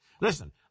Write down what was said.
Listen